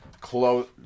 close